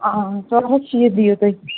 آ چلو وۄنۍ شیٖتھ دِیِوتُہۍ